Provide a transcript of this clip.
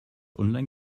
online